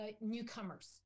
newcomers